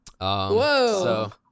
whoa